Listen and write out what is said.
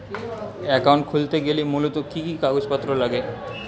Account খুলতে গেলে মূলত কি কি কাগজপত্র লাগে?